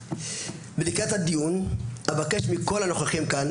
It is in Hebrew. ולקראת הדיון אבקש מכל הנוכחים כאן